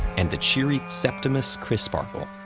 and the cheery septimus crisparkle.